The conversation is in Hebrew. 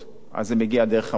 זה מגיע דרך המחוז.